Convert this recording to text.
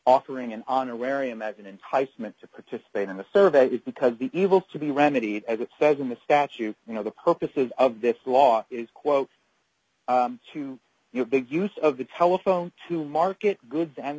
offering an honorarium as an enticement to participate in the survey is because the evil to be remedied as it says in the statute you know the purposes of this law is quote to your big use of the telephone to market goods and